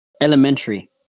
elementary